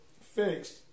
fixed